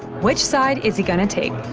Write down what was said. which side is he gonna take?